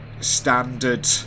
standard